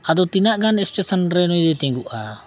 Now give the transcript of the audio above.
ᱟᱫᱚ ᱛᱤᱱᱟᱹᱜ ᱜᱟᱱ ᱨᱮ ᱱᱩᱭ ᱫᱚ ᱛᱤᱸᱜᱩᱜᱼᱟ